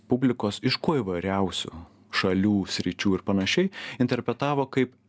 publikos iš kuo įvairiausių šalių sričių ir panašiai interpretavo kaip